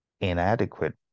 inadequate